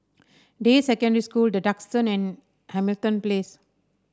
Deyi Secondary School The Duxton and Hamilton Place